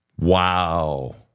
Wow